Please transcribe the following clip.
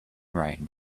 rain